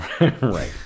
Right